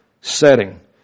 setting